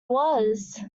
was